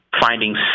Finding